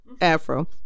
afro